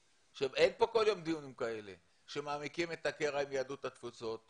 אין כאן כל יום דיונים כאלה שמעמיקים את הקרע עם יהדות התפוצות.